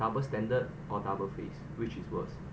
double standard or double face which is worst